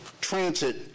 transit